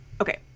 Okay